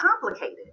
complicated